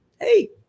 Hey